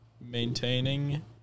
Maintaining